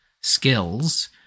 skills